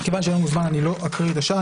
כיון שאין לנו זמן אני לא אקריא את השאר.